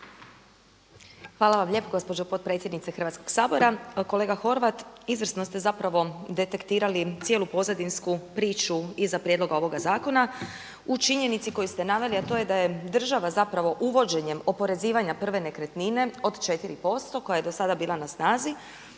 Hvala vam lijepo gospođo potpredsjednice Hrvatskog sabora. Kolega Horvat, izvrsno ste detektirali cijelu pozadinsku priču iza prijedloga ovoga zakona u činjenici koju ste naveli, a to je da je država uvođenjem oporezivanja prve nekretnine od 4% koja je do sada bila na snazi